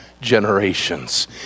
generations